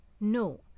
No